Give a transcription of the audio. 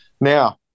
Now